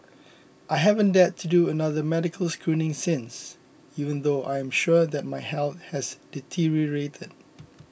I haven't dared to do another medical screening since even though I am sure that my health has deteriorated